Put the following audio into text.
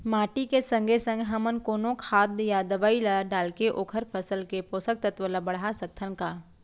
माटी के संगे संग हमन कोनो खाद या दवई ल डालके ओखर फसल के पोषकतत्त्व ल बढ़ा सकथन का?